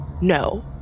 no